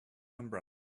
umbrella